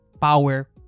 power